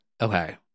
Okay